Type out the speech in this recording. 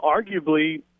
Arguably